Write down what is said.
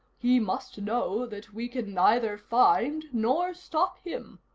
he must know that we can neither find nor stop him.